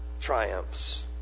triumphs